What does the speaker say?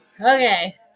Okay